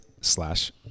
slash